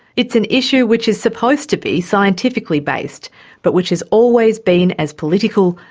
it's an issue which is supposed to be scientifically based but which has always been as political,